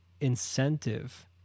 incentive